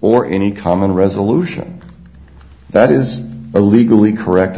or any common resolution that is a legally correct